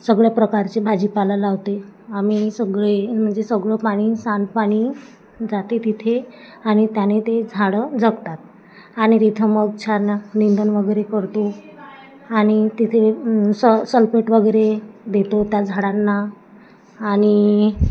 सगळ्या प्रकारचे भाजीपाला लावते आम्ही सगळे म्हणजे सगळं पाणी सांडपाणी जाते तिथे आणि त्याने ते झाडं जगतात आणि तिथं मग छान निंदण वगैरे करतो आणि तिथे स सल्पेट वगैरे देतो त्या झाडांना आणि